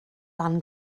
ann